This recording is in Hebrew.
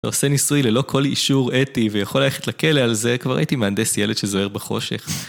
ועושה ניסוי ללא כל אישור אתי ויכול ללכת לכלא על זה, כבר הייתי מהנדס ילד שזוהר בחושך.